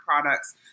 products